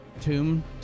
Tomb